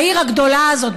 בעיר הגדולה הזאת,